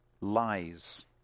lies